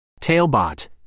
Tailbot